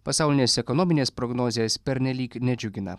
pasaulinės ekonominės prognozės pernelyg nedžiugina